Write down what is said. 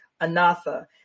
Anatha